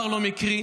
שום דבר לא מקרי,